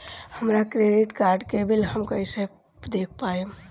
हमरा credit card के bill हम कइसे देख पाएम?